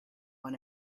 one